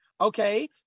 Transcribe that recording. Okay